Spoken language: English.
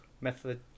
Method